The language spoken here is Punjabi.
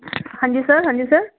ਹਾਂਜੀ ਸਰ ਹਾਂਜੀ ਸਰ